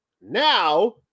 now